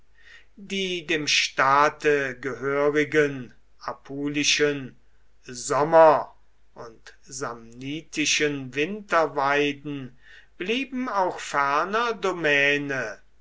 die dem staate gehörigen apulischen sommer und samnitischen winterweiden blieben auch ferner domäne